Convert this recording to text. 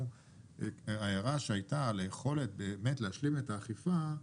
ההערה שהייתה על היכולת להשלים את האכיפה,